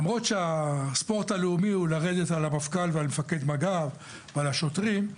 למרות שהספורט הלאומי הוא לרדת על המפכ"ל ועל מפקד מג"ב ועל השוטרים,